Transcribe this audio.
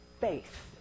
faith